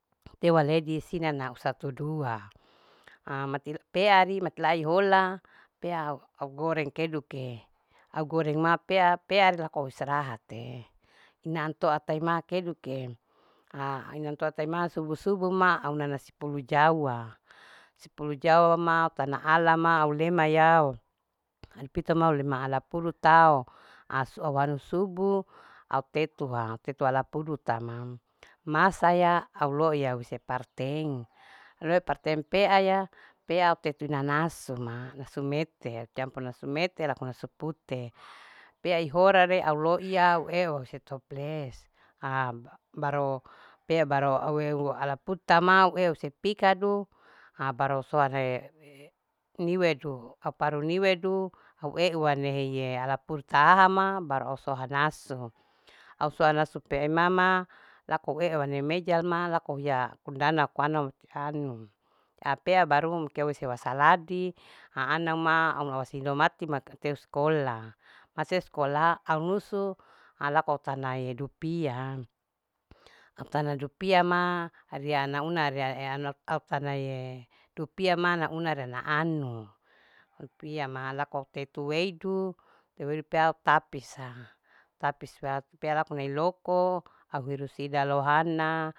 Tewa ledi sinana usatu dua ha matil pea ari mati la ihola pea au goreng keduke. au goreng ma pea. pea rilaku au istirahate inaa antoata taima ma keduke ha hanto ataima subu. subuma au una nasi pulu jawa, si pulu jawama una alama aulemaya adi pitoma au lema ala pudutao au hanu subu au tetuwa au tetuwa ala puduta hm masaya au loiya hise parteng. au loiy parteng pea ya pea au tetu inanasuma nasu mete au campura nasu mete laku nasu pute pea ihora le au loiya au peuwa hise toples hm baru pea baru au eu ala putamaw eu si pikadu ha baru so re niwedu au paru niwedu au eu wanehe ala purtahaha ma baru au soha nasu mm au soha nasu pea mama laku au eu nehe mejama laku auhiha aku undana akoanau mati anu apea baru eu wasaladi ha anauma au asinido mati mati eu skola masih eu skola au nusu halaku autana edupia hm autana dupia ma ria au nauna ria ee au tana dupiama au nauna ria anu dupia ma laku tute weidu pea autapisa. tapisa pea lakuen loko aun hirosida lohana